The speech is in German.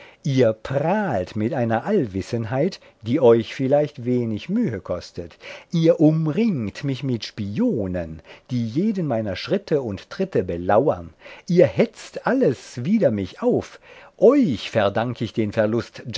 ihr prahlt mit einer allwissenheit die euch vielleicht wenig mühe kostet ihr umringt mich mit spionen die jeden meiner schritte und tritte belauern ihr hetzt alles wider mich auf euch verdank ich den verlust